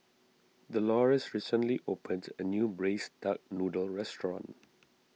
Dolores recently opened a new Braised Duck Noodle restaurant